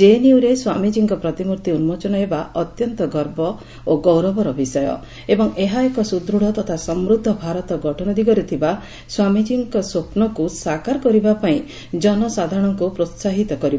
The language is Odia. ଜେଏନ୍ୟୁରେସ୍ୱାମୀଜୀଙ୍କ ପ୍ରତିମ୍ବର୍ତି ଉନ୍ଦୋଚନ ହେବା ଅତ୍ୟନ୍ତ ଗର୍ବ ଓ ଗୌରବର ବିଷୟ ଏବଂ ଏହା ଏକ ସୁଦୂତ୍ତ ତଥା ସମୃଦ୍ଧ ଭାରତ ଗଠନ ଦିଗରେ ଥିବା ସ୍ୱାମୀଜୀଙ୍କ ସ୍ୱପ୍ନକୁ ସାକାର କରିବା ପାଇଁ ଜନସାଧାରଣଙ୍କୁ ପ୍ରୋହାହିତ କରିବ